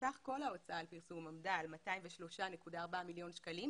סך כל ההוצאה על פרסום עמדה על 203.4 מיליון שקלים,